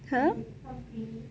!huh!